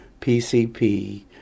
PCP